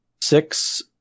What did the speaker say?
six